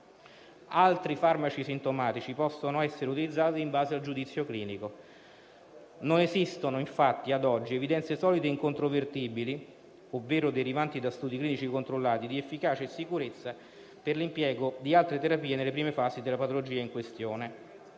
Altri farmaci sintomatici possono essere utilizzati in base al giudizio clinico. Non esistono infatti ad oggi evidenze solide e incontrovertibili, ovvero derivanti da studi clinici controllati, di efficacia e sicurezza per l'impiego di altre terapie nelle prime fasi della patologia in questione.